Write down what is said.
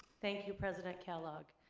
thank you, president kellogg.